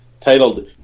titled